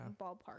Ballpark